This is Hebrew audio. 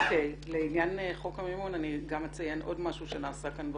לעניין חוק המימון אני גם אציין עוד משהו שנעשה כאן,